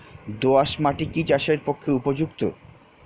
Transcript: দোআঁশ মাটি কি চাষের পক্ষে উপযুক্ত?